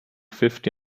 fifty